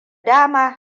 dama